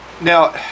Now